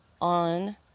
on